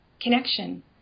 connection